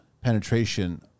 penetration